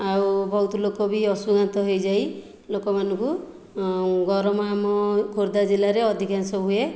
ଆଉ ବହୁତ ଲୋକ ବି ଅଂଶୁଘାତ ହୋଇଯାଏ ଲୋକମାନଙ୍କୁ ଗରମ ଆମ ଖୋର୍ଦ୍ଧା ଜିଲ୍ଲାରେ ଅଧିକାଂଶ ହୁଏ